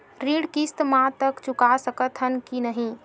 ऋण किस्त मा तक चुका सकत हन कि नहीं?